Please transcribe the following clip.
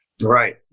Right